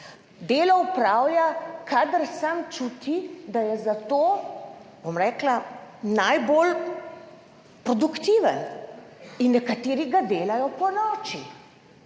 delo opravlja kadar sam čuti, da je za to, bom rekla, najbolj produktiven in nekateri delajo ponoči,